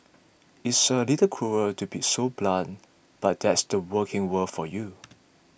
it's a little cruel to be so blunt but that's the working world for you